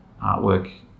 artwork